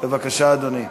בבקשה, אדוני.